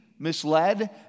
misled